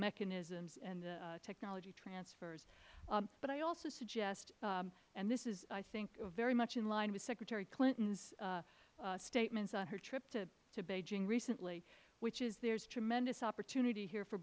mechanisms and the technology transfers but i also suggest and this is i think very much in line with secretary clinton's statements on her trip to beijing recently which is there is tremendous opportunity here for